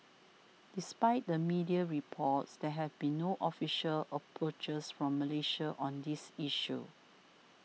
despite the media reports there have been no official approaches from Malaysia on this issue